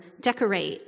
decorate